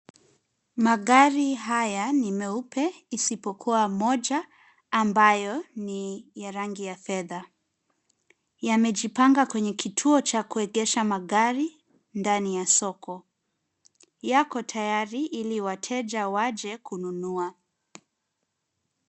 Magari haya ni meupe isipokuwa moja ambayo ni ya rangi ya fedha. Yamejipanga kwenye kituo cha kuegesha magari ndani ya soko, yako tayari ili wateja waje kununua.